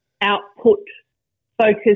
output-focused